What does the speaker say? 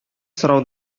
сорау